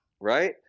Right